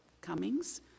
Cummings